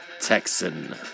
Texan